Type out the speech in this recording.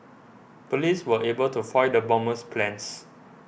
police were able to foil the bomber's plans